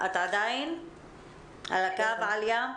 את עדיין על הקו עליא?